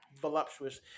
voluptuous